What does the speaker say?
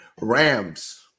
Rams